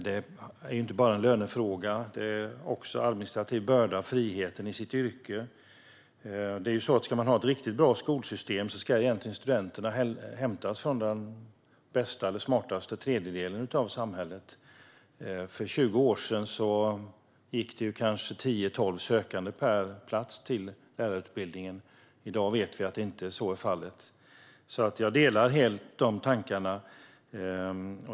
Det är inte bara en lönefråga, utan det är också fråga om en administrativ börda och friheten i yrket. I ett riktigt bra skolsystem ska studenterna hämtas från den bästa och smartaste tredjedelen av samhället. För 20 år sedan gick det 10-12 sökande per plats till lärarutbildningen. I dag vet vi att så inte är fallet. Jag instämmer helt i dessa tankar.